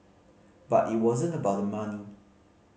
but it wasn't about the money